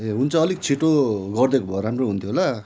ए हुन्छ अलिक छिटो गरिदिएको भए राम्रो हुन्थ्यो होला